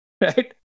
Right